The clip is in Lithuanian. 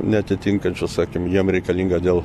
neatitinkančias sakėm jiem reikalinga dėl